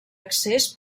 accés